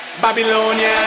Babylonia